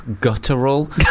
guttural